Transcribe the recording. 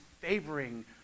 favoring